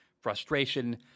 frustration